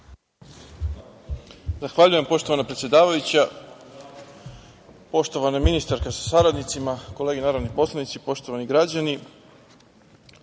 predsedavajuća. Poštovana predsedavajuća, poštovana ministarka sa saradnicima, kolege narodni poslanici, poštovani građani,